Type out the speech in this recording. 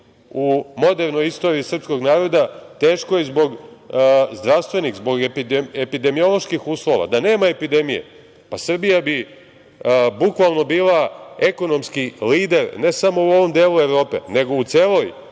u modernoj istoriji srpskog naroda, teškoj zbog zdravstvenih, zbog epidemioloških uslova. Da nema epidemije, pa Srbija bi bukvalno bila ekonomski lider ne samo u ovom delu Evrope, nego u celoj